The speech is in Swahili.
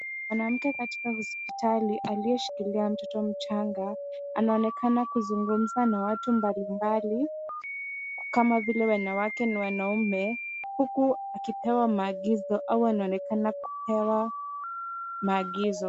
Mwanamke katika hospitali aliyeshikilia mtoto mchanga anaonekana kuzungumza na watu mbalimbali kama vile wanawake na wanaume huku akipewa maagizo au anaonekana kupewa maagizo.